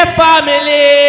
family